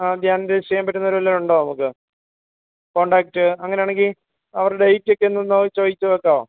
ആ ധ്യാനം രജിസ്റ്റർ ചെയ്യാൻ പറ്റുന്നവർ വല്ലതും ഉണ്ടോ നമുക്ക് കോൺടാക്ട് അങ്ങനെയാണെങ്കിൽ അവരുടെ ഡേറ്റ് ഒക്കെ ഒന്ന് ചോദിച്ചു വയ്ക്കോ